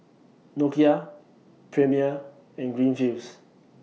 Nokia Premier and Greenfields